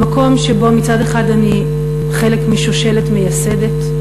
המקום שבו מצד אחד אני חלק משושלת מייסדת,